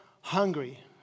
hungry